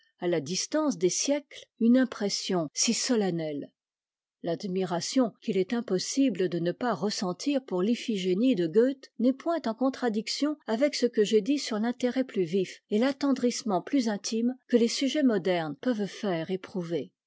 à ia distance des siècles une impression si solennelle l'admiration qu'il est impossible de ne pas ressentir pour l lphiyénie de goethe n'est point en contradiction avec ce que j'ai dit sur l'intérêt plus vif et l'attendrissement plus intime que les sujets modernes peuvent faire éprouver